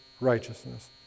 righteousness